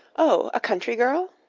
oh, a country girl?